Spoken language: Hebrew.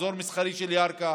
האזור המסחרי של ירכא,